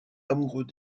amoureux